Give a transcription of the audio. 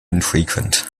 infrequent